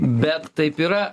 bet taip yra